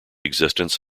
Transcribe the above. existence